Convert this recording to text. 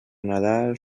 nadal